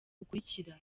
bukurikira